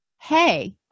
hey